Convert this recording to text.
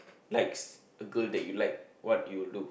likes a girl that you like what do you do